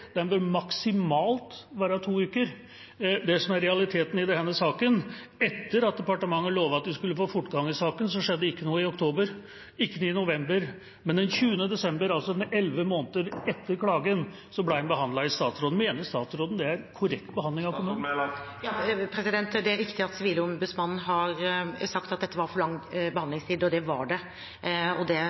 bør ta maksimalt to uker. Det som er realiteten i denne saken, er at etter at departementet lovet at de skulle få fortgang i saken, skjedde det ikke noe i oktober, ikke noe i november, men den 20. desember, altså elleve måneder etter klagen, ble den behandlet. Mener statsråden det er korrekt behandling av klagen? Det er riktig at Sivilombudsmannen har sagt at dette var for lang behandlingstid. Det var det, og det